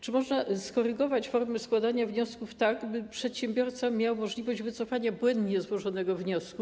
Czy można skorygować formy składania wniosków, tak by przedsiębiorca miał możliwość wycofania błędnie złożonego wniosku?